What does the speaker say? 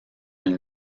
une